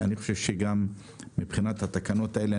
אני חושב שגם מבחינת התקנות האלה,